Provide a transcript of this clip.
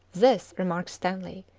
this, remarks stanley,